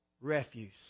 refuse